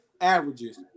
averages